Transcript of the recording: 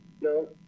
no